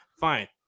fine